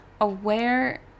aware